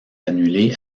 annulée